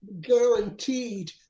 guaranteed